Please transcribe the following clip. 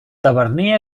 taverner